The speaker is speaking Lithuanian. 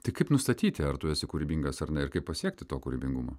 tai kaip nustatyti ar tu esi kūrybingas ar ne ir kaip pasiekti to kūrybingumo